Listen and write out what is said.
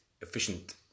efficient